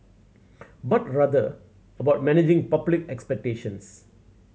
but rather about managing public expectations